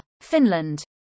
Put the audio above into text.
Finland